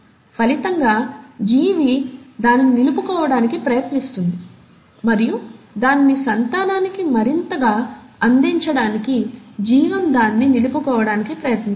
ఫలితంగా జీవి దానిని నిలుపుకోవటానికి ప్రయత్నిస్తుంది మరియు దానిని సంతానానికి మరింతగా అందించడానికి జీవం దానిని నిలుపుకోవటానికి ప్రయత్నిస్తుంది